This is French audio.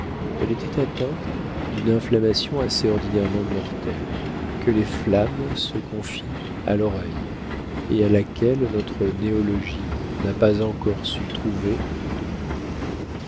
elle était atteinte d'une inflammation assez ordinairement mortelle que les femmes se confient à l'oreille et à laquelle notre néologie n'a pas encore su trouver de nom